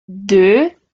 deux